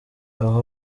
aho